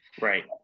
Right